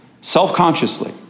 Self-consciously